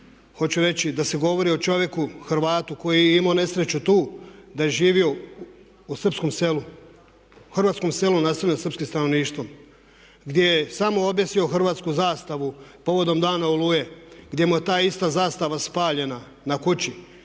Hoću reći da se govori o čovjeku, Hrvatu koji je imao nesreću tu da je živio u srpskom selu, u hrvatskom selu naseljenim srpskim stanovništvo gdje je samo objesio hrvatsku zastavu povodom Dana oluje gdje mu je ta ista zastava spaljena na kući,